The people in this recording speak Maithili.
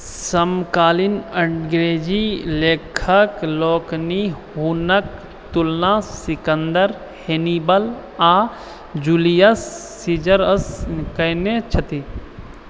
समकालीन अङ्गरेजी लेखक लोकनि हुनक तुलना सिकन्दर हैनिबल आओर जूलियस सीजरसँ केने छथि